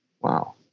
Wow